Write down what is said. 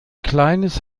kleines